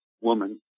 woman